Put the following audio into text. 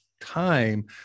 time